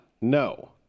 no